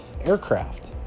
aircraft